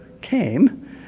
came